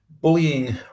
Bullying